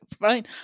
fine